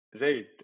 Right